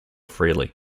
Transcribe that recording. freely